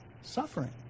suffering